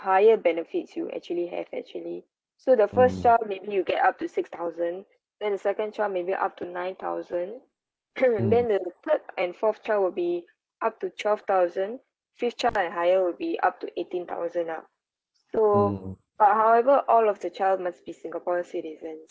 higher benefits you actually have actually so the first child maybe you get up to six thousand then the second child maybe up to nine thousand then the third and fourth child will be up to twelve thousand fifth child and higher will be up to eighteen thousand lah so but however all of the child must be singapore citizen